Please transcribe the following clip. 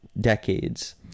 decades